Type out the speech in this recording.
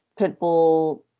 Pitbull